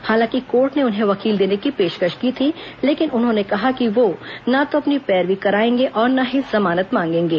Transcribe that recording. हालांकि कोर्ट ने उन्हें वकील देने की पेशकश की थी लेकिन उन्होंने कहा कि वो ना तो अपनी पैरवी करायेंगे और ना ही जमानत मांगेगे